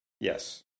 Yes